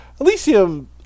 Elysium